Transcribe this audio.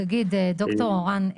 תגיד ד"ר אורן,